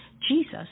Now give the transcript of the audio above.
Jesus